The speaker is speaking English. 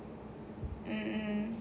mm mm